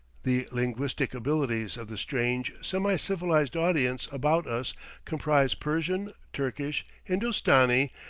the linguistic abilities of the strange, semi-civilized audience about us comprise persian, turkish, hindostani,